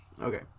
Okay